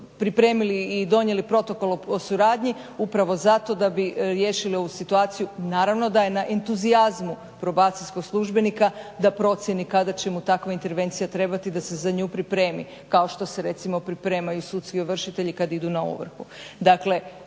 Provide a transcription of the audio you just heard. pripremili i donijeli protokol o suradnji upravo zato da bi riješili ovu situaciju. Naravno da je na entuzijazmu probacijskog službenika da procjeni kada će mu takva intervencija trebati da se za nju pripremi kao što se recimo pripremaju sudski ovršitelji kada idu na ovrhu.